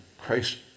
Christ